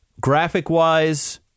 graphic-wise